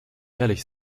ehrlich